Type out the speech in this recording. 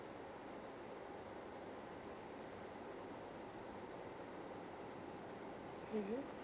mmhmm